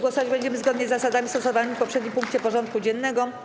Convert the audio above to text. Głosować będziemy zgodnie z zasadami stosowanymi w poprzednim punkcie porządku dziennego.